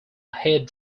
head